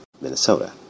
Minnesota